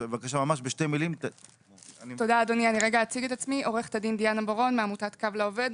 אני עורכת דין מעמותת קו לעובד.